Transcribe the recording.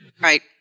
Right